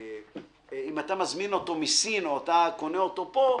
אם אתה מזמין אותו מסין או אתה קונה אותו פה,